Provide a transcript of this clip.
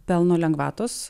pelno lengvatos